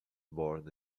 born